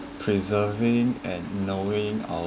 preserving and knowing our